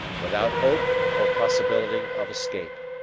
without hope or possibility of escape.